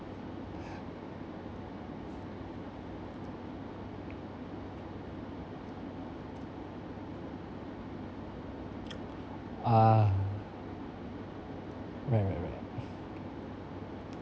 uh right right right